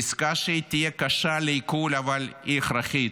בעסקה שהיא תהיה קשה לעיכול, אבל היא הכרחית,